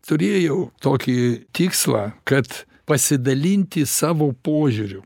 turėjau tokį tikslą kad pasidalinti savo požiūriu